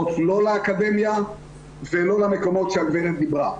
לא לאקדמיה ולא למקומות שהגברת דיברה.